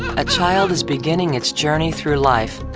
a child is beginning its journey through life.